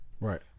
Right